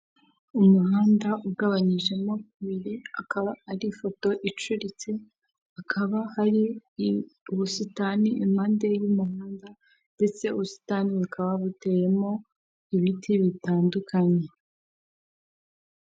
Ahantu ku muhanda hashinze imitaka ibiri umwe w'umuhondo n'undi w'umutuku gusa uw'umuhonda uragaragaramo ibirango bya emutiyeni ndetse n'umuntu wicaye munsi yawo wambaye ijiri ya emutiyeni ndetse n'ishati ari guhereza umuntu serivise usa n'uwamugannye uri kumwaka serivise arimo aramuha telefone ngendanwa. Hakurya yaho haragaragara abandi bantu barimo baraganira mbese bari munsi y'umutaka w'umutuku.